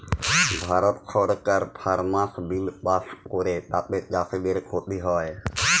ভারত সরকার farmers bill pass ক্যরে তাতে চাষীদের খ্তি হ্যয়